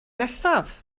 nesaf